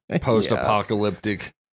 post-apocalyptic